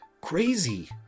crazy